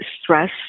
stress